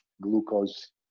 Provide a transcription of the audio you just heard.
glucose